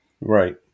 right